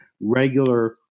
regular